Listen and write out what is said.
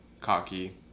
cocky